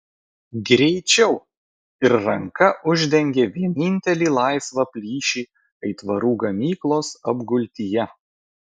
greičiau ir ranka uždengė vienintelį laisvą plyšį aitvarų gamyklos apgultyje